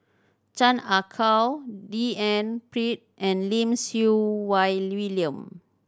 Chan Ah Kow D N Pritt and Lim Siew Wai William